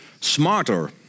Smarter